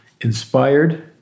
inspired